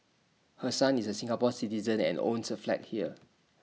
her son is A Singapore Citizen and owns A flat here